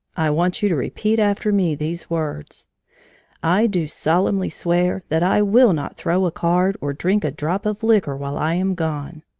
i want you to repeat after me these words i do solemnly swear that i will not throw a card or drink a drop of liquor while i am gone